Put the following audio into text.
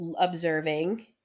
observing